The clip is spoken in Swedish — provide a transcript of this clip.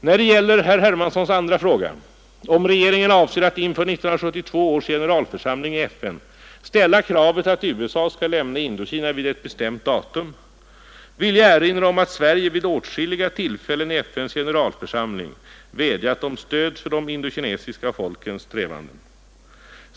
När det gäller herr Hermanssons andra fråga, om regeringen avser att inför 1972 års generalförsamling i FN ställa kravet att USA skall lämna Indokina vid ett bestämt datum, vill jag erinra om att Sverige vid åtskilliga tillfällen i FN:s generalförsamling vädjat om stöd för de indokinesiska folkens strävanden.